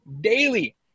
daily